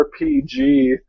RPG